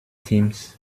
teams